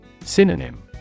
Synonym